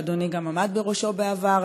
שאדוני גם עמד בראשו בעבר.